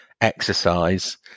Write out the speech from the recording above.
exercise